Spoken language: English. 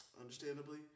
understandably